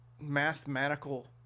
mathematical